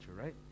right